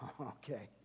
Okay